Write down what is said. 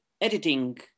editing